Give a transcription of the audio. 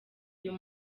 uyu